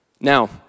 Now